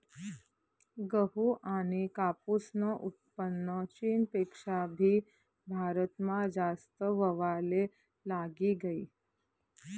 गहू आनी कापूसनं उत्पन्न चीनपेक्षा भी भारतमा जास्त व्हवाले लागी गयी